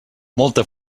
molta